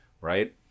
right